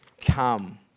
come